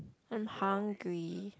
I'm hungry